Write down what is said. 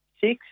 six